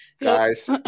guys